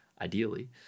ideally